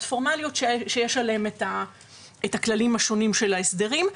פורמליות שיש עליהן את הכללים השונים של ההסדרים.